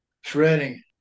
shredding